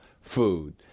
food